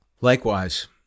likewise